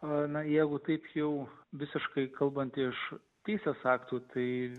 ana ieva kaip jau visiškai kalbanti iš teisės aktų tai